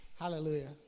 Hallelujah